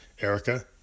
Erica